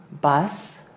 bus